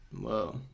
Whoa